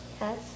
Yes